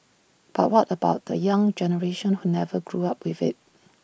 but what about the young generation who never grew up with IT